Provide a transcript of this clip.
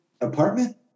apartment